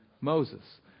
Moses